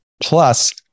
plus